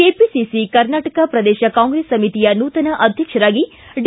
KPCC Karnataka Pradesh Congress ಸಮಿತಿಯ ನೂತನ ಅಧ್ಯಕ್ಷರಾಗಿ ಡಿ